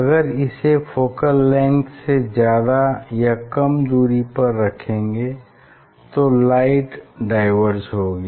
अगर इसे focal length से ज्यादा या कम दूरी पर रखेंगे तो लाइट डाईवर्ज होगी